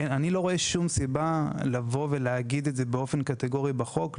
אני לא רואה שום סיבה לבוא ולהגיד את זה באופן קטגורי בחוק.